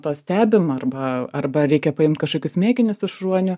to stebim arba arba reikia paimt kašokius mėginius iš ruonių